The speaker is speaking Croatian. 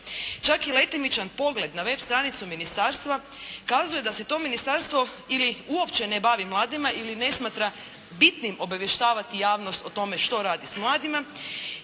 Čak i letimičan pogled na web stranicu ministarstva kazuje da se to ministarstvo ili uopće ne bavi mladima ili ne smatra bitnim obavještavati javnost o tome što radi s mladima,